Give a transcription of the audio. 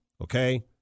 Okay